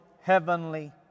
heavenly